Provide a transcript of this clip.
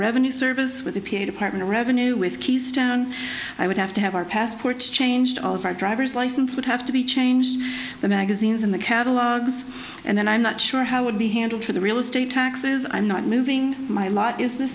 revenue service with the p a department of revenue with keystone i would have to have our passports changed all of our driver's license would have to be changed the magazines in the catalogs and then i'm not sure how would be handled for the real estate taxes i'm not moving my lot is the